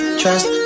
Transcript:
trust